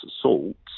assaults